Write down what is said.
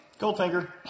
Goldfinger